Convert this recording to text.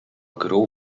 grą